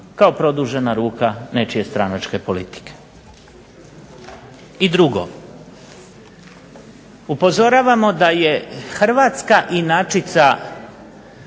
kao produžena ruka nečije stranačke politike. I drugo, upozoravamo da je hrvatska inačica